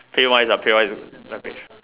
pay wise ah pay wise average